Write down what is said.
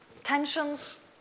Tensions